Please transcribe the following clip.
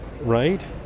right